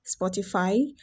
Spotify